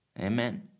Amen